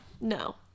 no